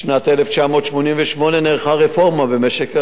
בשנת 1988 נערכה רפורמה במשק הדלק,